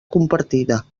compartida